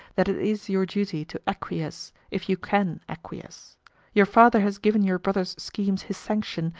that it is your duty to acquiesce, if you can acquiesce your father has given your brother's schemes his sanction,